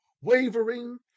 wavering